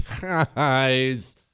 Guys